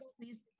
please